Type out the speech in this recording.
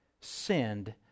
sinned